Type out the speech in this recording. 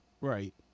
Right